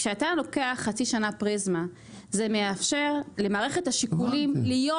כשאתה לוקח חצי שנה פריזמה זה מאפשר למערכת השיקולים להיות,